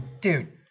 dude